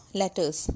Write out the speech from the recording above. letters